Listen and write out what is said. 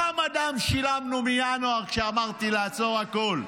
כמה דם שילמנו מינואר, כשאמרתי לעצור הכול?